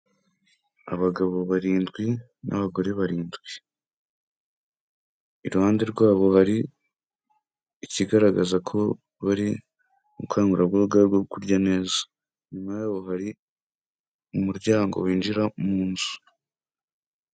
Abagabo barindwi n'abagore barindwi iruhande rwabo hari ikigaragaza ko bari mubukangurambaga bwo kurya neza inyuma yaho hari umuryango winjira mu nzu.